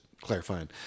clarifying